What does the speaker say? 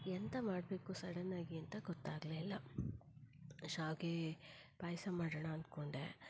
ಎಂತ ಮಾಡಬೇಕು ಸಡನ್ನಾಗಿ ಅಂತ ಗೊತ್ತಾಗಲಿಲ್ಲ ಶ್ಯಾವಿಗೆ ಪಾಯಸ ಮಾಡೋಣ ಅಂದ್ಕೊಂಡೆ